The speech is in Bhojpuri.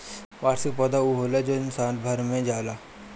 वार्षिक पौधा उ होला जवन साल भर में हो जाला